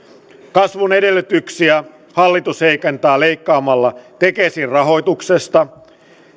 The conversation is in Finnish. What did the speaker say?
kasvun edellytyksiä hallitus heikentää leikkaamalla tekesin rahoituksesta